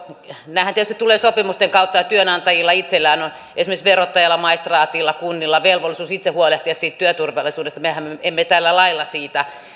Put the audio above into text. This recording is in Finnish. nämähän tietysti tulevat sopimusten kautta ja työnantajilla itsellään on esimerkiksi verottajalla maistraatilla kunnilla velvollisuus huolehtia siitä työturvallisuudesta mehän emme tällä lailla siitä